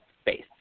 space